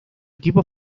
equipo